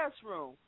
classroom